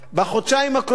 בחודשיים הקרובים,